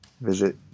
Visit